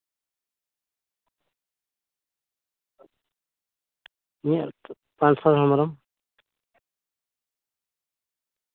ᱤᱧᱟᱹᱜ ᱯᱟᱱᱥᱩᱣᱟ ᱦᱮᱢᱵᱨᱚᱢ